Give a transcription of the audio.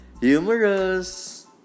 humorous